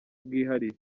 bwihariye